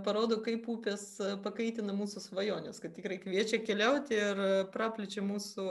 parodo kaip upės pakaitina mūsų svajones kad tikrai kviečia keliauti ir praplečia mūsų